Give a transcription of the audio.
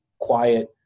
quiet